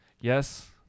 yes